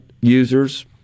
users